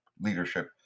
leadership